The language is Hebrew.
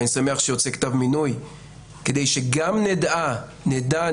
ואני שמח שיוצא כתב מינוי כדי שגם נדע אנחנו